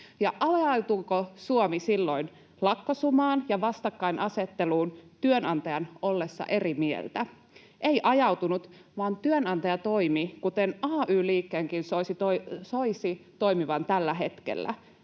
Ajautuiko Suomi silloin lakkosumaan ja vastakkainasetteluun työnantajan ollessa eri mieltä? Ei ajautunut, vaan työnantaja toimi kuten ay-liikkeenkin soisi toimivan tällä hetkellä: